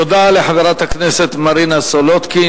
תודה לחברת הכנסת מרינה סולודקין.